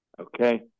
Okay